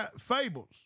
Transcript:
fables